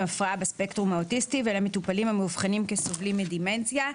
הפרעה בספקטרום האוטיסטי; (10) למטופלים המאובחנים כסובלים מדימנציה.